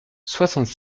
soixante